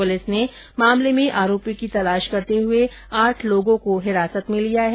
police ने मामले में आरोपी की तलाश करते हुए आठ लोगों को हिरासत में लिया है